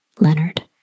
Leonard